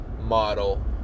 model